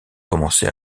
commencé